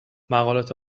مقالات